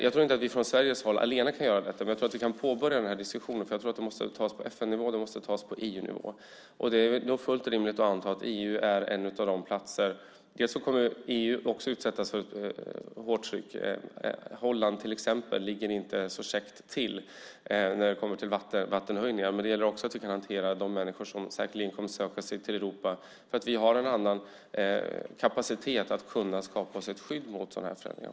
Jag tror inte att vi från Sveriges håll allena kan göra detta. Men vi kan påbörja diskussionen. Den måste tas på FN-nivå och EU-nivå. Det är fullt rimligt att anta att EU är en av dessa platser. EU kommer också att utsättas för hårt tryck. Holland ligger till exempel inte så käckt till när det kommer vattenhöjningar. Vi måste också hantera de människor som säkerligen kommer att söka sig till Europa. Vi har en annan kapacitet att kunna skapa oss ett skydd mot sådana förändringar.